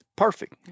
perfect